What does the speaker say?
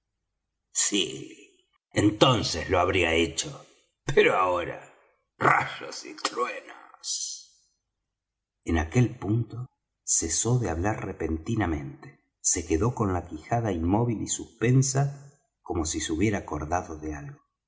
sí entonces lo habría hecho pero ahora rayos y truenos en aquel punto cesó de hablar repentinamente se quedó con la quijada inmóvil y suspensa como si se hubiera acordado de algo